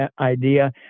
idea